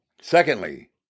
Secondly